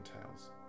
Tales